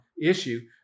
issue